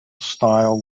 style